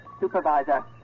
supervisor